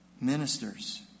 ministers